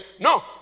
No